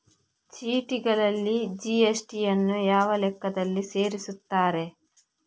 ಚೀಟಿಗಳಲ್ಲಿ ಜಿ.ಎಸ್.ಟಿ ಯನ್ನು ಯಾವ ಲೆಕ್ಕದಲ್ಲಿ ಸೇರಿಸುತ್ತಾರೆ?